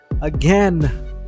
again